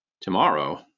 tomorrow